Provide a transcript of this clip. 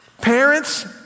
Parents